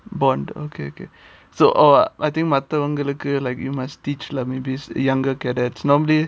bond okay okay so all ah I think மத்தவங்களுக்கு:mathavangaluku like you must teach like maybe younger cadets normally